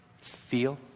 feel